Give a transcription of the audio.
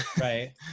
Right